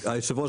יושב הראש,